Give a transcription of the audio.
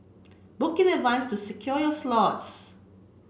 book in advance to secure your slots